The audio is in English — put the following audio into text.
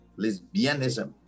lesbianism